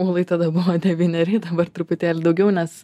ūlai tada buvo devyneri jai dabar truputėlį daugiau nes